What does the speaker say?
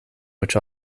which